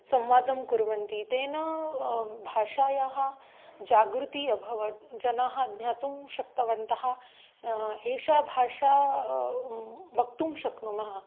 संवादं कुर्वन्ति तेन भाषायाः जागृतिः अभवत् जनाः ज्ञातुं शक्तवन्तः एषा भाषा वक्तुं शक्नुमः